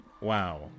Wow